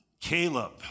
Caleb